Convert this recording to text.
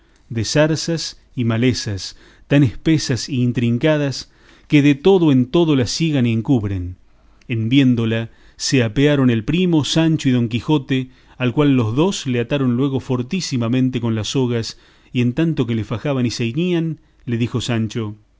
de zarzas y malezas tan espesas y intricadas que de todo en todo la ciegan y encubren en viéndola se apearon el primo sancho y don quijote al cual los dos le ataron luego fortísimamente con las sogas y en tanto que le fajaban y ceñían le dijo sancho